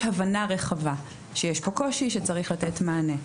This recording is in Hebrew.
הבנה רחבה שיש פה קושי, שצריך לתת מענה.